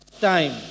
time